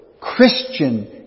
Christian